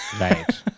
Right